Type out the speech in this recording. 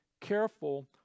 careful